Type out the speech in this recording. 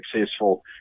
successful